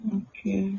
okay